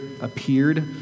appeared